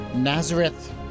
Nazareth